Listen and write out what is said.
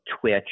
Twitch